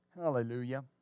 Hallelujah